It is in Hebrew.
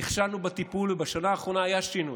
בטיפול בה, ובשנה האחרונה היה שינוי.